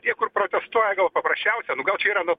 tie kur protestuoja gal paprasčiausia nu gal čia yra nu